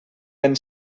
ben